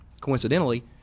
Coincidentally